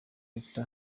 leta